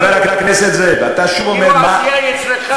אם כל העשייה היא אצלך ולא אצל אף אחד אחר,